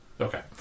Okay